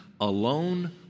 alone